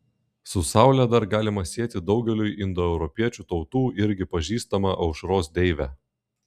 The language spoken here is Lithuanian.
su saule dar galima sieti daugeliui indoeuropiečių tautų irgi pažįstamą aušros deivę